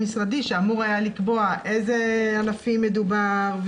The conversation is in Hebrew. משרדי שאמור היה לקבוע באיזה ענפים מדובר,